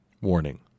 Warning